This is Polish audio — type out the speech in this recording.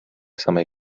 samej